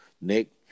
Nick